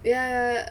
ya